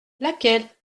laquelle